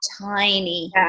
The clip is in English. tiny